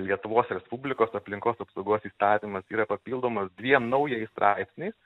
lietuvos respublikos aplinkos apsaugos įstatymas yra papildomas dviem naujais straipsniais